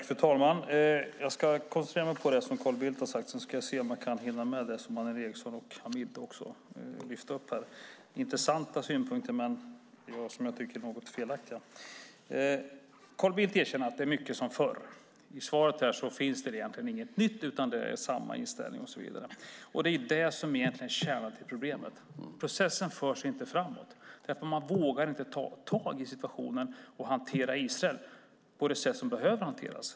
Fru talman! Jag ska koncentrera mig på det som Carl Bildt har sagt. Sedan ska jag se om jag kan hinna med det som Annelie Enochson och Hanif Bali lyfte upp här. Det var intressanta synpunkter men i mitt tycke något felaktiga. Carl Bildt erkänner att mycket är som förr. I svaret finns det egentligen inget nytt, utan det är samma inställning och så vidare. Det är egentligen det som är kärnan till problemet. Processen förs inte framåt, för man vågar inte ta tag i situationen och hantera Israel på det sätt man behöver hantera det på.